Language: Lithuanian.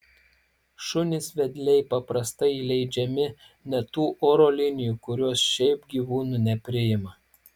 šunys vedliai paprastai įleidžiami net tų oro linijų kurios šiaip gyvūnų nepriima